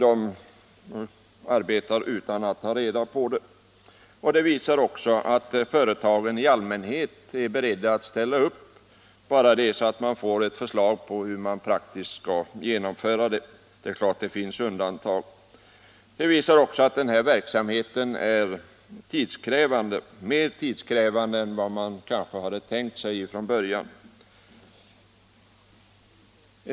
Erfarenheten visar också att företagen är beredda att ställa upp bara de får praktiska anvisningar om hur denna verksamhet skall genomföras, även om det naturligtvis finns undantag. Dessutom visar erfarenheten att den här verksamheten är mer tidskrävande än vad man från början kanske trodde.